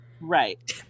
Right